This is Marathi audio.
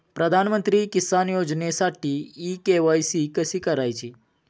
प्रधानमंत्री किसान योजनेसाठी इ के.वाय.सी कशी करायची?